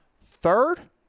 Third